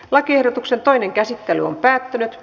lakiehdotuksen toinen käsittely päättyi